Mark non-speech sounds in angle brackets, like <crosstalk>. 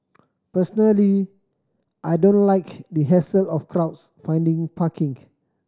personally I don't like the hassle of crowds finding parking <unintelligible>